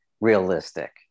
realistic